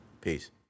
Peace